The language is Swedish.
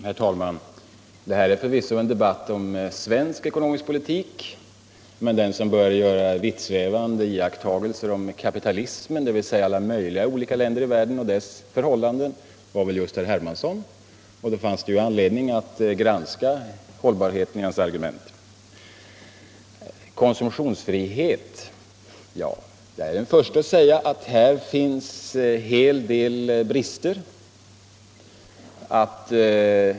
Herr talman! Det här är förvisso en debatt om svensk ekonomisk politik, men den som började göra vittsvävarnde iakttagelser om kapitalismen, dvs. om alla möjliga länder i världen och deras förhållanden, var väl just herr Hermansson, och då fanns det ju anledning att granska hållbarheten i hans argument. Konsumtionsfrihet? Jag är den förste att säga att här finns en hel del brister.